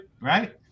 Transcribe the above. right